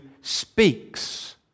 speaks